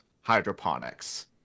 hydroponics